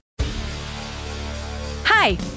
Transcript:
Hi